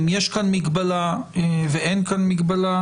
אם יש כאן מגבלה ואין כאן מגבלה,